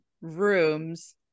rooms